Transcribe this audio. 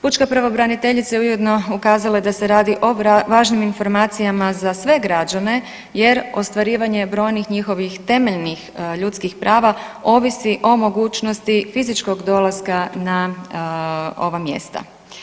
Pučka pravobraniteljica je ujedno ukazala da se radi o važnim informacijama za sve građane jer ostvarivanje brojnih njihovih temeljnih ljudskih prava ovisi o mogućnosti fizičkog dolaska na ova mjesta.